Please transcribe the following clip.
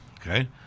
okay